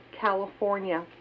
California